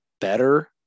better